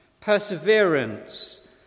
perseverance